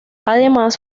además